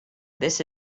this